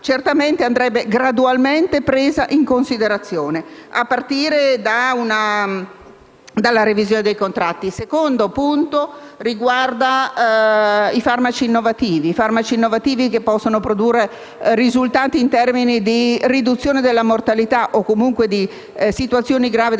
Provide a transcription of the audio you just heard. - andrebbe gradualmente presa in considerazione, a partire dalla revisione dei contratti. Il secondo elemento riguarda i farmaci innovativi, che possono produrre risultati in termini di riduzione della mortalità o di situazioni gravi del